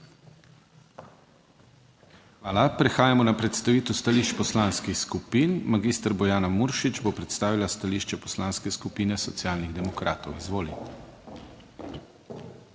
Hvala. Prehajamo na predstavitev stališč poslanskih skupin. Magistra Bojana Muršič bo predstavila stališče Poslanske skupine Socialnih demokratov, izvolite.